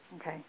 okay